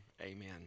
Amen